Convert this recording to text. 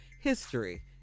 history